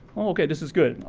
okay, this is good.